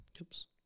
Oops